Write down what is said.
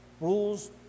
rules